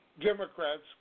Democrats